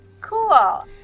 cool